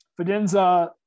Fidenza